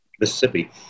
Mississippi